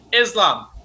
Islam